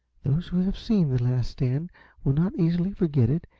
those who have seen the last stand will not easily forget it,